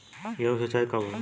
गेहूं के सिंचाई कब होला?